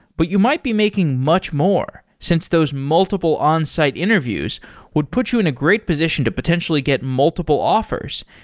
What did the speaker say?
but you might be making much more, since those multiple on-site interviews would put you in a great position to potentially get multiple offers.